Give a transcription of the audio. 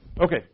Okay